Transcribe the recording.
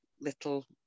little